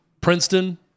Princeton